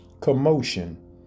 commotion